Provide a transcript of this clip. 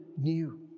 new